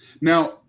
Now